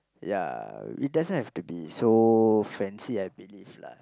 ya it doesn't have to be so fancy I believe lah